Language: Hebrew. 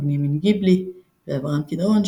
בנימין גיבלי ואברהם קדרון,